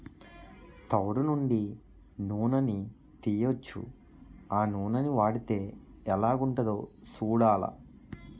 తవుడు నుండి నూనని తీయొచ్చు ఆ నూనని వాడితే ఎలాగుంటదో సూడాల